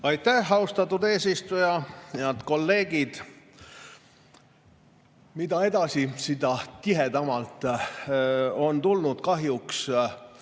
Aitäh, austatud eesistuja! Head kolleegid! Mida edasi, seda tihedamalt on tulnud kahjuks